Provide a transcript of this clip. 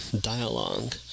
dialogue